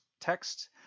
text